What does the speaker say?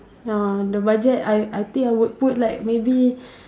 uh the budget I I think I would put like maybe